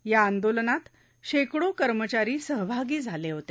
या आंदोलनात शेकडो कर्मचारी सहभागी झाले होते